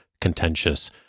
contentious